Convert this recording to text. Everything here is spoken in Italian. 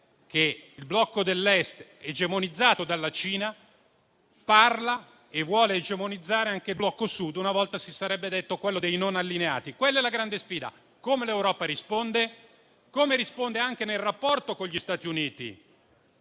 che il blocco dell'Est, egemonizzato dalla Cina, parla e vuole egemonizzare anche il blocco Sud (una volta si sarebbe detto quello dei non allineati). Quella è la grande sfida. Come risponde l'Europa? Come risponde anche nel rapporto con gli Stati Uniti?